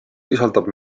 sisaldab